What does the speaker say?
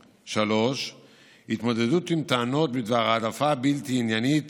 3. התמודדות עם טענות בדבר העדפה בלתי עניינית